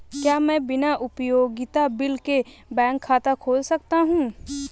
क्या मैं बिना उपयोगिता बिल के बैंक खाता खोल सकता हूँ?